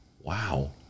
Wow